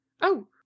Oh